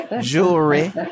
jewelry